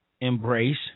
embrace